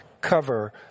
Cover